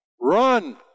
run